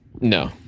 No